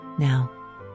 Now